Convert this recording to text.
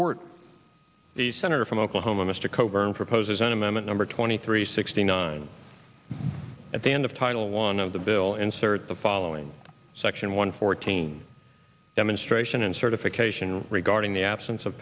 report the senator from oklahoma mr coburn proposes an amendment number twenty three sixty nine at the end of title one of the bill insert the following section one fourteen demonstration in certification regarding the absence of